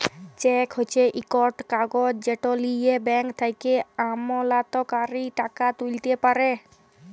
cheque হছে ইকট কাগজ যেট লিঁয়ে ব্যাংক থ্যাকে আমলাতকারী টাকা তুইলতে পারে